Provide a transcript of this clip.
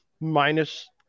minus